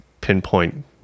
pinpoint